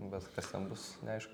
bet kas ten bus neaišku